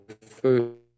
food